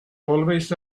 always